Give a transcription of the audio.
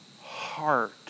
heart